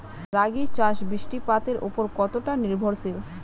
রাগী চাষ বৃষ্টিপাতের ওপর কতটা নির্ভরশীল?